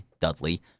Dudley